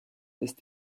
ist